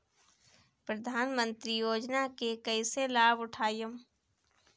प्रधानमंत्री योजना के कईसे लाभ उठाईम?